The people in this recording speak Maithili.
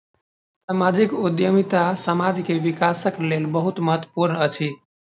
सामाजिक उद्यमिता समाज के विकासक लेल बहुत महत्वपूर्ण अछि